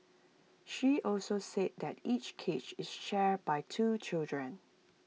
she also said that each cage is shared by two children